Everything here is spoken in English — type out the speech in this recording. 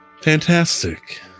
fantastic